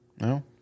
No